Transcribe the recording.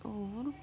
اور